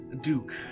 Duke